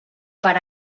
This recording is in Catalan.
per